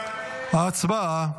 הצבעה.